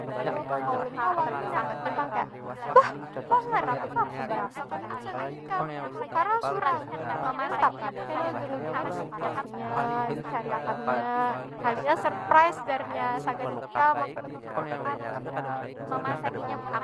Habis tu, kaka ulun tu awalnya menyambat ja pang kaya, bah koler aku, beapa aku ngabis akan duit sagan ikam? Nukar ah surang. Tapi tetap ai jua kena ujung- ujungnya ditukarakannya, dicariakannya. Kalinya surprise jar nya, sagan ikam aku sudah menukarakan, aku sudah menabung sagan ikam.